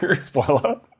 Spoiler